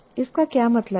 इसका क्या मतलब है